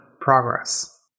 progress